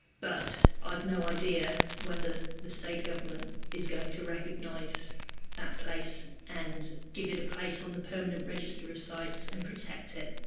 but i've no idea whether the state government is going to recognise that place and give it a place on the permanent register of sites and protect it.